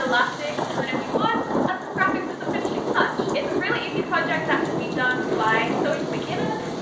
elastic, and then if you want add some graphics as a finishing touch it's a really easy project that can be done by sewing beginners,